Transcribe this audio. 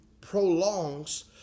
prolongs